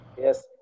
yes